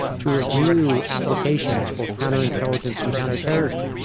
to review applications for counterintelligence and counterterrorism,